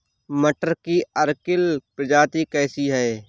मटर की अर्किल प्रजाति कैसी है?